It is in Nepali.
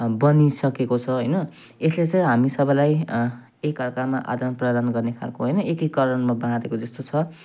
बनिसकेको छ होइन यसले चाहिँ हामी सबैलाई एकअर्कामा आदनप्रदान गर्ने खालको होइन एकीकरणमा बाँधेको जस्तो छ